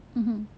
mmhmm